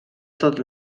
tot